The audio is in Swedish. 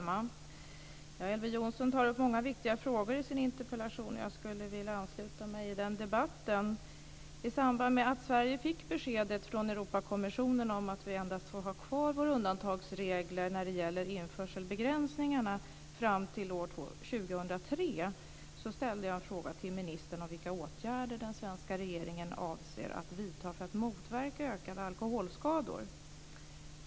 Fru talman! Elver Jonsson tar upp många viktiga frågor i sin interpellation, och jag skulle vilja ansluta mig till debatten. I samband med att Sverige fick beskedet från Europakommissionen att vi endast får ha kvar våra undantagsregler när det gäller införselbegränsningarna fram till år 2003 ställde jag en fråga till ministern om vilka åtgärder den svenska regeringen avser att vidta för att motverka ökade alkoholskador.